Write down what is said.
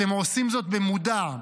אתם עושים זאת במודע.